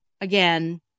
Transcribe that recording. again